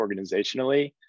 organizationally